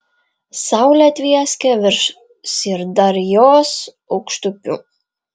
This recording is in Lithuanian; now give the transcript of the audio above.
saulė tvieskė virš syrdarjos aukštupių